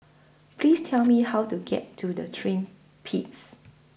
Please Tell Me How to get to The Twin Peaks